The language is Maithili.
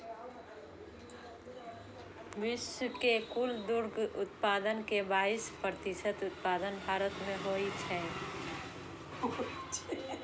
विश्व के कुल दुग्ध उत्पादन के बाइस प्रतिशत उत्पादन भारत मे होइ छै